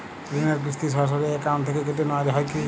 ঋণের কিস্তি সরাসরি অ্যাকাউন্ট থেকে কেটে নেওয়া হয় কি?